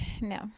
No